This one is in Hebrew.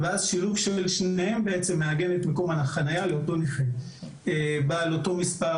שילוב של שניהם בעצם מעגן את מקום החניה לאותו נכה בעל אותו מס'